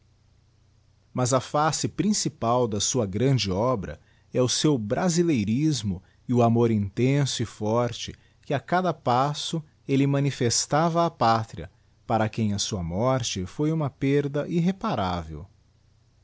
mas a face principal da sua grande obra é o seu brasileírismo e o amor intenso e forte que a cada passo elle manifestava á pátria para quem a sua morte foi uma perda irreparável